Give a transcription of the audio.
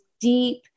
deep